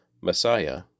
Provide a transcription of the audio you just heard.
Messiah